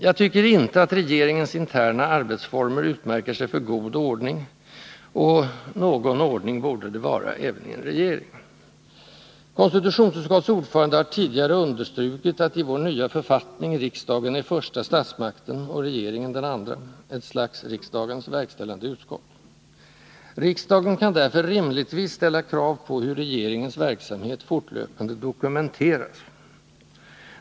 Jag tycker inte att regeringens interna arbetsformer utmärker sig för god ordning, och någon ordning borde det vara även i en regering. Konstitutionsutskottets ordförande har tidigare understrukit att i vår nya författning riksdagen är första statsmakten och regeringen den andra — ett slags riksdagens verkställande utskott. Riksdagen kan därför rimligtvis ställa krav på hur regeringens verksamhet fortlöpande dokumenteras.